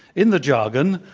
in the jargon,